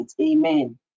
Amen